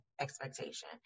expectation